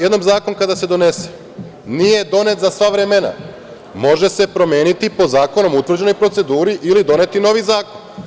Jednom zakon kada se donese nije donet za sva vremena, može se promeniti po zakonom utvrđenoj proceduri ili doneti novi zakon.